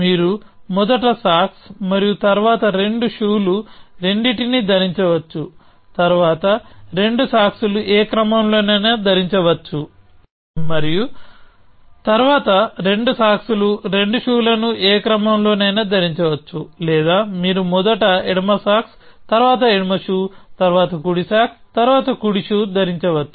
మీరు మొదట సాక్స్ మరియు తరువాత రెండు షూలు రెండింటినీ ధరించవచ్చు తరువాత రెండు సాక్స్ లు ఏ క్రమంలోనైనా ధరించవచ్చు మరియు తరువాత రెండు సాక్స్ లు రెండు షూలను ఏ క్రమంలోనైనా ధరించవచ్చు లేదా మీరు మొదట ఎడమ సాక్స్ తరువాత ఎడమ షూ తరువాత కుడి సాక్స్ తరువాత కుడి షూ ధరించవచ్చు